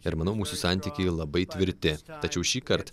ir manau mūsų santykiai labai tvirti tačiau šįkart